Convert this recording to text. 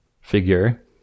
figure